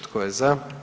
Tko je za?